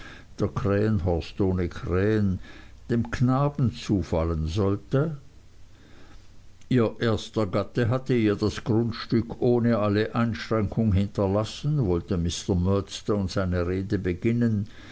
der krähenhorst ohne krähen dem knaben zufallen sollte ihr erster gatte hatte ihr das grundstück ohne alle einschränkung hinterlassen wollte mr murdstone seine rede beginnen